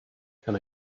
can